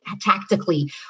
tactically